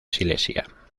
silesia